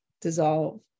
dissolve